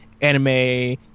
anime